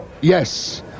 Yes